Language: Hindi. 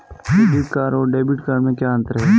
क्रेडिट कार्ड और डेबिट कार्ड में क्या अंतर है?